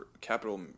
capital